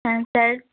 হ্যাঁ স্যার